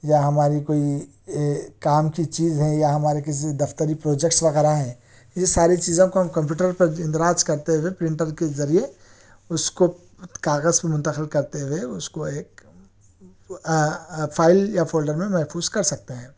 یا ہماری کوئی کام کی چیز ہے یا ہماری کسی دفتری پروجیکٹس وغیرہ ہیں یہ ساری چیزوں کو ہم کمپیوٹر پر اندراج کرتے ہوئے پرنٹر کے ذریعے اس کو کاغذ پہ منتقل کرتے ہوئے اس کو ایک فائل یا فولڈر میں محفوظ کر سکتے ہیں